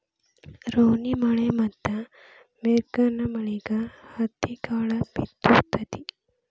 ರೋಣಿಮಳಿ ಮತ್ತ ಮಿರ್ಗನಮಳಿಗೆ ಹತ್ತಿಕಾಳ ಬಿತ್ತು ತತಿ